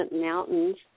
mountains